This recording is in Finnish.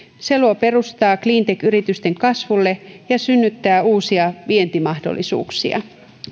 se luo perustaa cleantech yritysten kasvulle ja synnyttää uusia vientimahdollisuuksia